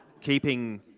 keeping